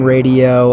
Radio